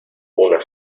una